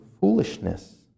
foolishness